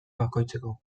bakoitzeko